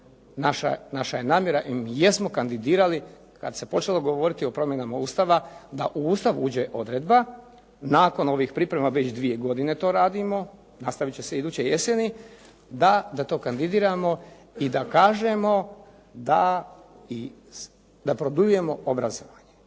Naša je namjera i mi jesmo kandidirali kad se počelo govoriti o promjenama Ustava da u Ustav uđe odredba nakon ovih priprema, već dvije godine to radimo, nastavit će se iduće jeseni, da to kandidiramo i da kažemo da produljujemo obrazovanje.